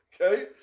Okay